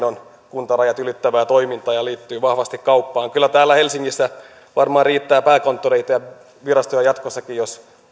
kuntarajat ylittävää toimintaa ja liittyy vahvasti kauppaan kyllä täällä helsingissä varmaan riittää pääkonttoreita ja virastoja jatkossakin jos